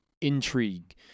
intrigue